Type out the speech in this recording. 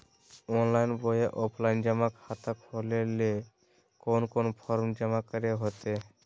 Online बोया offline जमा खाता खोले ले कोन कोन फॉर्म जमा करे होते?